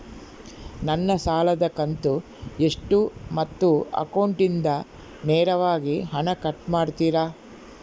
ನನ್ನ ಸಾಲದ ಕಂತು ಎಷ್ಟು ಮತ್ತು ಅಕೌಂಟಿಂದ ನೇರವಾಗಿ ಹಣ ಕಟ್ ಮಾಡ್ತಿರಾ?